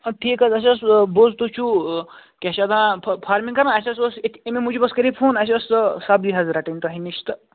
اَدٕ ٹھیٖک حظ اَسہِ حظ بوٗز تُہۍ چھُو کیٛاہ چھِ یَتھ وَنان فہٕ فارمنٛگ کَران اَسہِ حظ اوس أمی موٗجوٗب حظ کَراے فون اَسہِ اوس سبزی حظ رَٹٕنۍ تۄہہِ نِش تہٕ